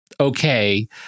okay